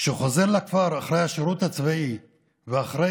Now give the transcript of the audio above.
כשהוא חוזר לכפר אחרי השירות הצבאי ואחרי